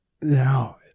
No